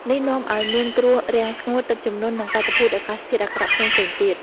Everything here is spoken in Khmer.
នេះនាំឱ្យមានគ្រោះរាំងស្ងួត ទឹកជំនន់ និងបាតុភូតអាកាសធាតុអាក្រក់ផ្សេងៗទៀត។